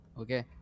Okay